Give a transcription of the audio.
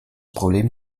problem